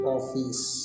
Office